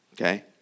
Okay